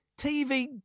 tv